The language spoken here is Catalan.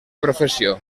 professió